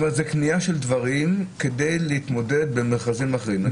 זאת אומרת שזאת קנייה של דברים כדי להתמודד עם מכרזים אחרים.